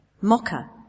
Mocker